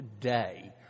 today